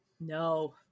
no